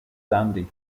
sandy